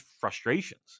frustrations